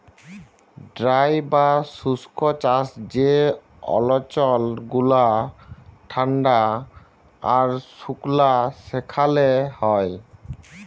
dry বা শুস্ক চাষ যে অল্চল গুলা ঠাল্ডা আর সুকলা সেখালে হ্যয়